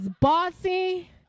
bossy